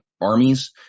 armies